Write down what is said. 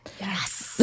yes